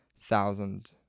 thousand